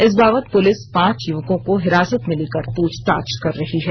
इस बाबत पुलिस पांच युवकों को हिरासत में लेकर पूछताछ कर रही है